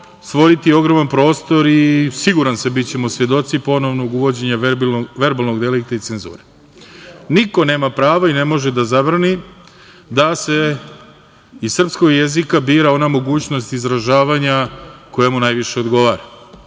stvoriti ogroman prostor i siguran sam da ćemo biti svedoci ponovnog uvođenja verbalnog delikta i cenzure. Niko nema pravo i ne može da zabrani da se iz srpskog jezika bira ona mogućnost izražavanja koja mu najviše odgovara,